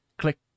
Click